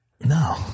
No